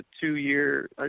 two-year